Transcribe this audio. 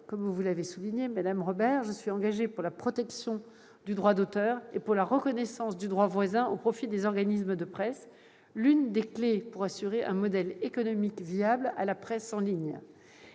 comme l'a indiqué Mme Robert, en faveur de la protection du droit d'auteur et de la reconnaissance du droit voisin au profit des organismes de presse- c'est l'une des clés pour assurer un modèle économique viable à la presse en ligne.